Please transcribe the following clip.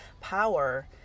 power